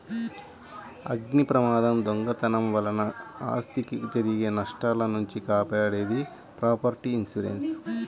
అగ్నిప్రమాదం, దొంగతనం వలన ఆస్తికి జరిగే నష్టాల నుంచి కాపాడేది ప్రాపర్టీ ఇన్సూరెన్స్